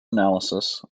analysis